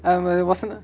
and when there wasn't it